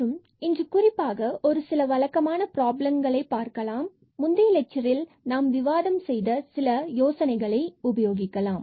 மற்றும் இன்று குறிப்பாக ஒரு சில வழக்கமான பிராபலங்களை பார்க்கலாம் முந்தைய லெட்சரில் நான் விவாதம் செய்த சில யோசனைகளை உபயோகிக்கலாம்